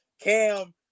Cam